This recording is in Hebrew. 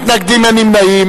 נמנע?